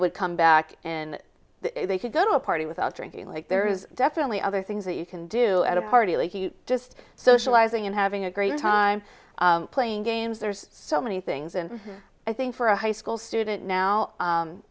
would come back in they could go to a party without drinking like there is definitely other things that you can do at a party like just socializing and having a great time playing games there's so many things and i think for a high school student now